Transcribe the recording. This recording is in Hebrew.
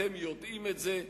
אתם יודעים את זה,